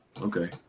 Okay